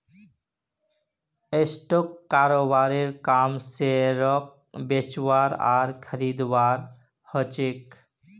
stock ब्रोकरेर काम शेयरक बेचवार आर खरीदवार ह छेक